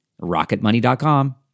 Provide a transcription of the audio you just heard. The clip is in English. rocketmoney.com